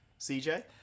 cj